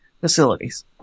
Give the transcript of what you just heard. facilities